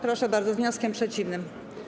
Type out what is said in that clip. Proszę bardzo, z wnioskiem przeciwnym.